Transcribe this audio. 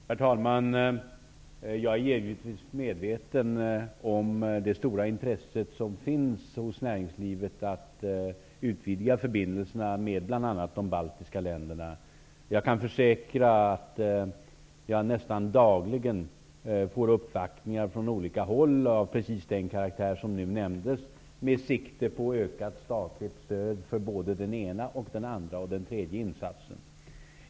Herr talman! Jag är givetvis medveten om det stora intresse som finns hos näringslivet att utvidga förbindelserna med bl.a. de baltiska länderna. Jag kan försäkra att vi nästan dagligen får uppvaktningar från olika håll -- av precis den karaktär som nu nämndes -- där det framförs önskemål om ökat statligt stöd för både den ena, andra och tredje insatsen.